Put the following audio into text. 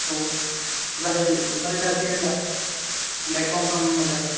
आव जाहै जाहैखासिगो दा बेक हम ख्लाम होमबालाय